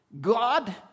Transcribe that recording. God